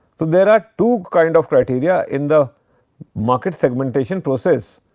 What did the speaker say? there are two kind of criteria in the market segmentation process